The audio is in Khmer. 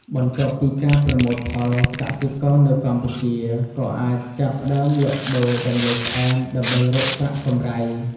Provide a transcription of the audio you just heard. បន្ទាប់ពីការប្រមូលផល កសិករនៅកម្ពុជាក៏អាចចាប់ផ្ដើមលក់ដូរដំឡូងផ្អែម ដើម្បីរកប្រាក់កម្រៃ។